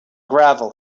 gravel